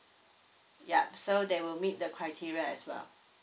ya so they will meet the criteria as well